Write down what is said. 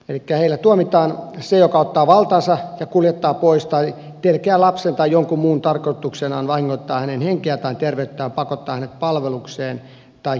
elikkä heillä tuomitaan se joka ottaa valtaansa ja kuljettaa pois tai telkeää lapsen tai jonkun muun tarkoituksenaan vahingoittaa hänen henkeään tai terveyttään pakottaa hänet palvelukseen tai kiristää häntä